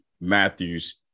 Matthews